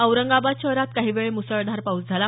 औरंगाबाद शहरात काही वेळ मुसळधार पाऊस झाला